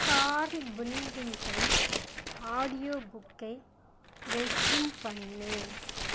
curl Pilkington audio புக்கை resume பண்ணு